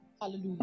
Hallelujah